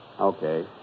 Okay